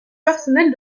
personnelle